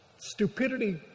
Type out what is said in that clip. stupidity